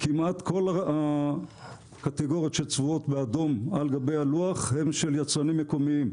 כמעט כל הקטגוריות שצבועות באדום על גבי הלוח הם של יצרנים מקומיים.